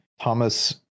Thomas